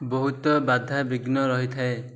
ବହୁତ ବାଧା ବିଘ୍ନ ରହିଥାଏ